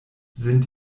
sind